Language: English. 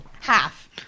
Half